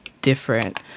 different